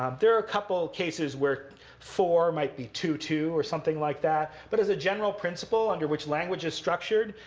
um there are a couple cases where four might be two, two, or something like that. but as a general principle under which language is structured,